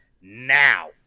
now